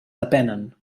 depenen